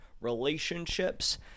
relationships